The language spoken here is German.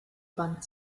band